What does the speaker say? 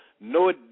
no